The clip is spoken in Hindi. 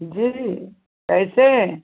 जी कैसे